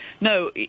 no